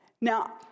Now